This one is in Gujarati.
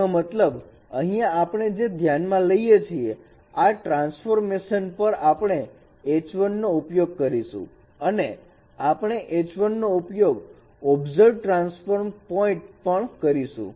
તેનો મતલબ અહીંયા આપણે જે ધ્યાનમાં લઈએ છીએ આ ટ્રાન્સફોર્મેશન પર આપણે H 1 પણ ઉપયોગ કરીશું અને આપણે H 1 નો ઉપયોગ ઓબ્ઝર્વડ ટ્રાન્સફોર્મ પોઇન્ટ પર પણ કરીશું